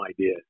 idea